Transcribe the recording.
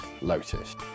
Lotus